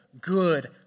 good